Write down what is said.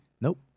Nope